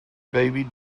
baby